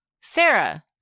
Sarah